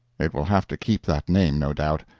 it will have to keep that name, no doubt.